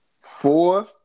Four